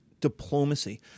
diplomacy